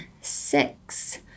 six